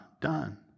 done